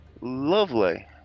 lovely